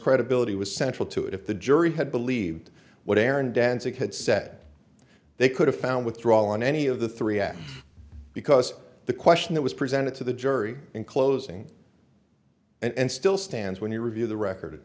credibility was central to it if the jury had believed what aaron danzig had said they could have found withdrawal on any of the three act because the question that was presented to the jury in closing and still stands when you review the record